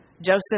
Joseph